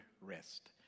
rest